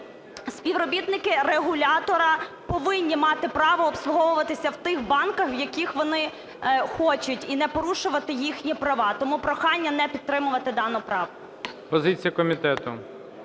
співробітники регулятора повинні мати право обслуговуватися в тих банках, в яких вони хочуть і не порушувати їхні права. Тому прохання не підтримувати дану правку.